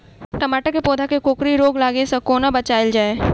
टमाटर केँ पौधा केँ कोकरी रोग लागै सऽ कोना बचाएल जाएँ?